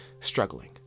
struggling